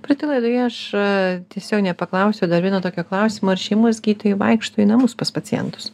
praeitoje laidoje aš tiesiog nepaklausiau dar vieno tokio klausimo ar šeimos gydytojai vaikšto į namus pas pacientus